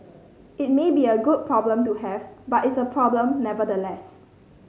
it may be a good problem to have but it's a problem nevertheless